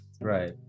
Right